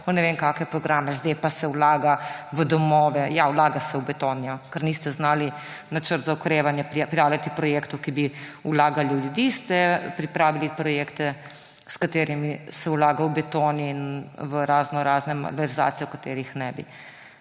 pa v ne vem kakšne programe, zdaj pa se vlaga v domove – ja, vlaga se v beton, ja. Ker niste znali v načrtu za okrevanje pripraviti projektov, ki bi vlagali v ljudi, ste pripravili projekte, s katerimi se vlaga v beton in v raznorazne malverzacije, o katerih ne bi.